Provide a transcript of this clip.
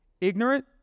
Ignorant